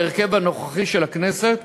בהרכב הנוכחי של הכנסת,